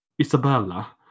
Isabella